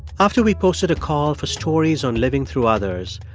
after we posted a call for stories on living through others,